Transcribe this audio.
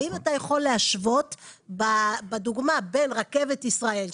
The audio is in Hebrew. האם אתה יכול להשוות בדוגמה בין רכבת ישראל,